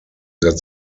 that